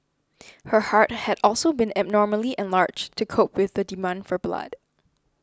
her heart had also been abnormally enlarged to cope with the demand for blood